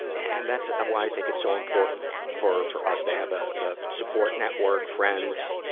and that's why i think it's so important for, for us to have a, a support network, friends,